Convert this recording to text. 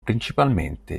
principalmente